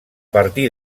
partir